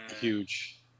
huge